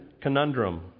conundrum